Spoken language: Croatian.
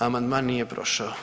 Amandman nije prošao.